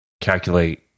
calculate